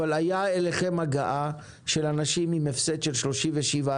אבל הייתה הגעה של אנשים אליכם עם הפסד של 37,